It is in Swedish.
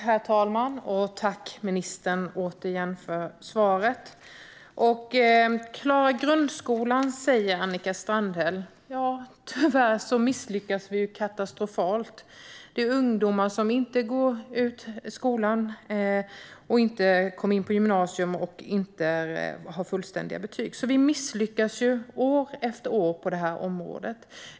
Herr talman! Tack återigen för svaret, ministern! Annika Strandhäll talar om att klara grundskolan. Ja, tyvärr misslyckas vi ju katastrofalt - det är ungdomar som inte går ut skolan, inte kommer in på gymnasiet och inte har fullständiga betyg. Vi misslyckas år efter år på det här området.